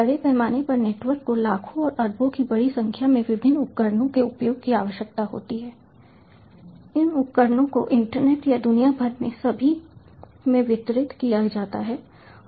बड़े पैमाने पर नेटवर्क को लाखों और अरबों की बड़ी संख्या में विभिन्न उपकरणों के उपयोग की आवश्यकता होती है इन उपकरणों को इंटरनेट या दुनिया भर में सभी में वितरित किया जाता है